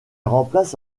remplace